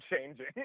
changing